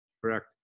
Correct